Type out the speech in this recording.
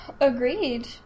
Agreed